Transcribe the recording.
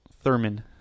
Thurman